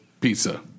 pizza